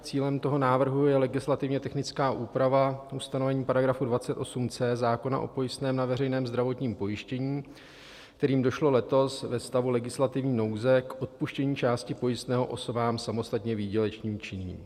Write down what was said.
Cílem toho návrhu je legislativně technická úprava ustanovení § 28c zákona o pojistném na veřejné zdravotním pojištění, kterým došlo letos ve stavu legislativní nouze k odpuštění části pojistného osobám samostatně výdělečně činným.